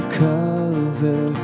cover